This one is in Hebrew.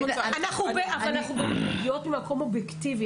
אבל אנחנו מגיעות ממקום אובייקטיבי,